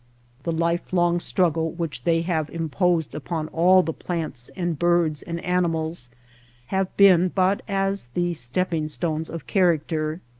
the life-long struggle which they have imposed upon all the plants and birds and animals have been but as the stepping-stones of character.